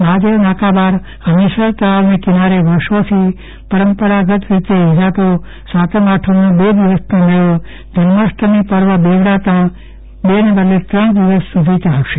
મહાદેવ નાકા બહાર હમીરસર તળાવને કિનારે વર્ષોથી પરંપરાગત રીતે યોજાતો સાતમ આઠમનો બે દિવસનો મેળો જન્માષ્ટમી પર્વ બેવડાતા બેને બદલે ત્રણ દિવસ સુધી ચાલશે